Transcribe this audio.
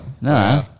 No